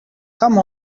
come